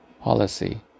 policy